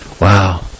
Wow